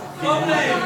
טוב להם,